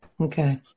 Okay